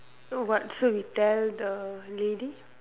oh what so we tell the lady